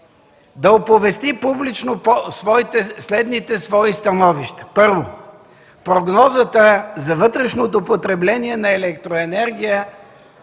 да оповести публично следните свои становища: 1. Прогнозата за вътрешното потребление на електроенергия